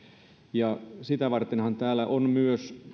sitä vartenhan mietinnössä on myös